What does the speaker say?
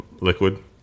liquid